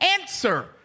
answer